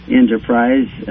enterprise